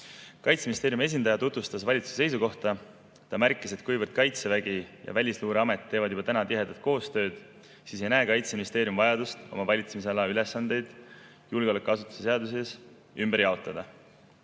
Kaitseministeeriumi esindaja tutvustas valitsuse seisukohta. Ta märkis, et kuivõrd Kaitsevägi ja Välisluureamet teevad juba praegu tihedat koostööd, siis ei näe Kaitseministeerium vajadust oma valitsemisala ülesandeid julgeolekuasutuste seaduses ümber jaotada.